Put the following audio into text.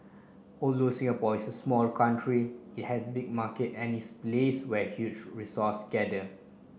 although Singapore is a small country it has big market and its place where huge resource gather